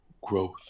growth